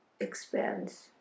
expands